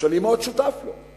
שאני מאוד שותף לו,